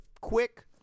quick